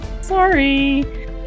Sorry